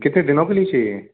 कितने दिनों के लिए चाहिए